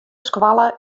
skoalle